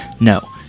no